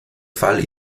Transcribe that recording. fall